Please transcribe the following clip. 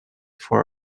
for